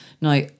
Now